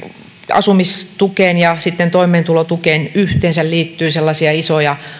asumistukeen ja toimeentulotukeen yhteensä liittyy sellaisia isoja